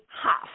half